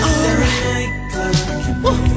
alright